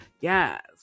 yes